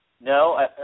No